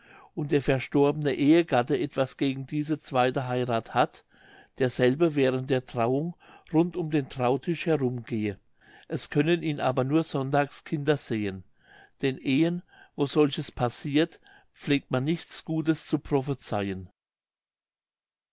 und der verstorbene ehegatte etwas gegen diese zweite heirath hat derselbe während der trauung rund um den trautisch herumgehe es können ihn aber nur sonntagskinder sehen den ehen wo solches passirt pflegt man nichts gutes zu prophezeihen